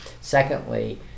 Secondly